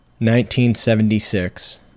1976